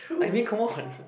I mean come on